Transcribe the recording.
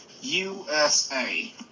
USA